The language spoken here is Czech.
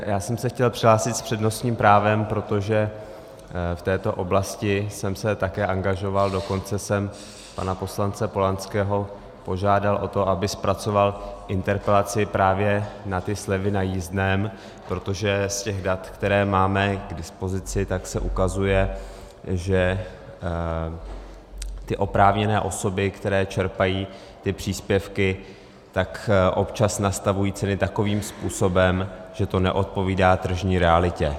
Já jsem se chtěl přihlásit s přednostním právem, protože v této oblasti jsem se také angažoval, dokonce jsem pana poslance Polanského požádal o to, aby zpracoval interpelaci právě na ty slevy na jízdném, protože z těch dat, která máme k dispozici, se ukazuje, že ty oprávněné osoby, které čerpají ty příspěvky, občas nastavují ceny takovým způsobem, že to neodpovídá tržní realitě.